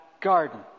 garden